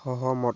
সহমত